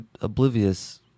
oblivious